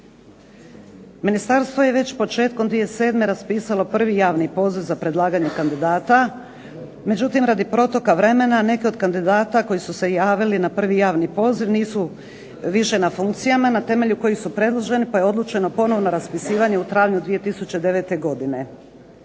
Ministarstvo je već početkom 2007. raspisalo prvi javni poziv za predlaganje kandidata. Međutim, radi proteka vremena neki od kandidata koji su se javili na prvi javni poziv nisu više na funkcijama na temelju kojih su predloženi pa je odlučeno ponovno raspisivanje u travnju 2009. godine.